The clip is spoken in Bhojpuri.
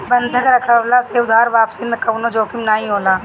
बंधक रखववला से उधार वापसी में कवनो जोखिम नाइ होला